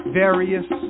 various